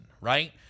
right